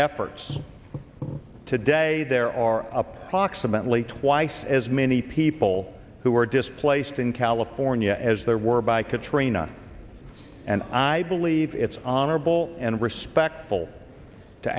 efforts today there are approximately twice as many people who are displaced in california as there were by katrina and i believe it's honorable and respectful to